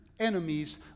enemies